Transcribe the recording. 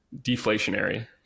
deflationary